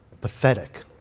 pathetic